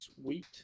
sweet